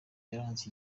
yaranze